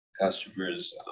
customers